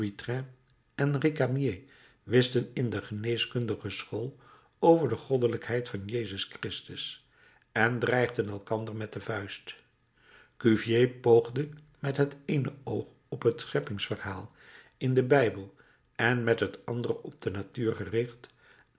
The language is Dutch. twistten in de geneeskundige school over de goddelijkheid van jezus christus en dreigden elkander met de vuist cuvier poogde met het eene oog op het scheppingsverhaal in den bijbel en met het andere op de natuur gericht